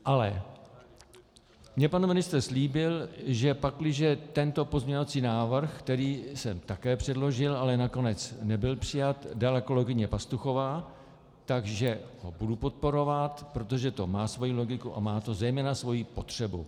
Ale mně pan ministr slíbil, že pakliže tento pozměňovací návrh, který jsem také předložil, ale nakonec nebyl přijat, dala kolegyně Pastuchová, takže ho budu podporovat, protože to má svoji logiku a má to zejména svoji potřebu.